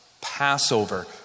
Passover